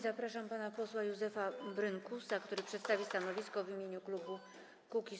Zapraszam pana posła Józefa Brynkusa, który przedstawi stanowisko w imieniu klubu Kukiz’15.